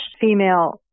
female